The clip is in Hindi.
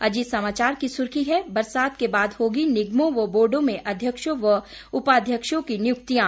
अजीत समाचार की सुर्खी है बरसात के बाद होगी निगमों व बोर्डों में अध्यक्षों व उपायध्यक्षों की नियुक्तियां